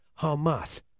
Hamas